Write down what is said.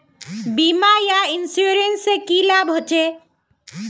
बीमा या इंश्योरेंस से की लाभ होचे?